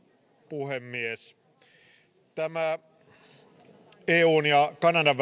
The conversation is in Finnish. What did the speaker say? puhemies tästä eun ja kanadan